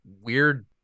weird